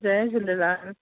Jay Jhulelal